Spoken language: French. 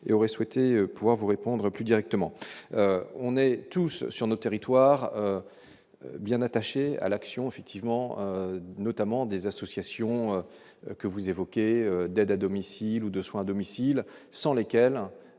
et aurait souhaité pouvoir vous répondre plus directement, on est tous sur notre territoire bien attaché à l'action, effectivement, notamment des associations que vous évoquez, d'aide à domicile ou de soins à domicile sans lesquels